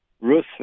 Rus